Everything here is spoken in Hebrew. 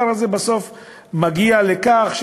הפער הזה בסוף מגיע לכך,